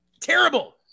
terrible